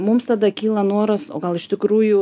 mums tada kyla noras o gal iš tikrųjų